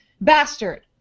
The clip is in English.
Bastard